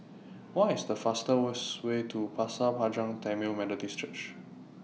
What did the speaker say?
What IS The fastest Way to Pasir Panjang Tamil Methodist Church